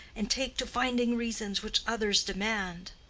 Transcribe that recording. and take to finding reasons, which others demand?